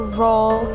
roll